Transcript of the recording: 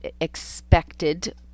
expected